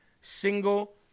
single